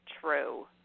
true